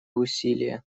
усилия